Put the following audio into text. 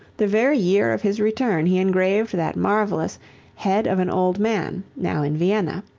the very year of his return he engraved that marvellous head of an old man, now in vienna.